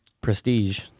prestige